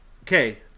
Okay